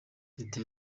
reta